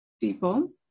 people